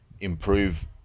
improve